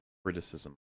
criticism